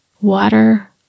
water